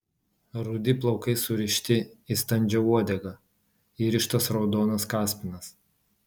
rudi plaukai surišti į standžią uodegą įrištas raudonas kaspinas